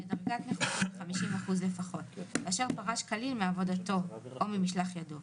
שדרגת נכותו היא 50% לפחות ואשר פרש כליל מעבודתו או ממשלח ידו,